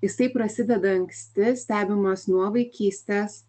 jisai prasideda anksti stebimas nuo vaikystės